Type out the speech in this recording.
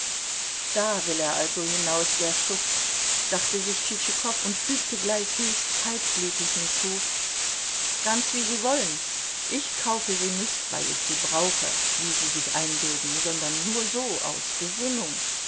da will er also hinaus der schuft dachte sich tschitschikow und fügte gleich höchst kaltblütig hinzu ganz wie sie wollen ich kaufe sie nicht weil ich sie brauche wie sie sich einbilden sondern nur so aus gesinnung